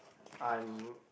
I'm